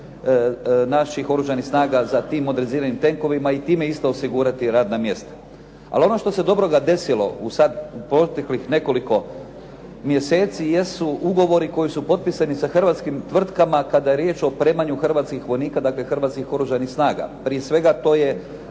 naših oružanih snaga za tim … /Govornik se ne razumije./ … i time isto osigurati radna mjesta. Ali ono što se dobroga desilo u proteklih nekoliko mjeseci jesu ugovori koji su potpisani sa hrvatskim tvrtkama kada je riječ o opremanju hrvatskih vojnika, dakle hrvatskih Oružanih snaga. Prije svega, to je